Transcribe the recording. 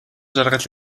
жаргал